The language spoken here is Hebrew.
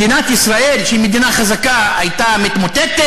מדינת ישראל, שהיא מדינה חזקה, הייתה מתמוטטת?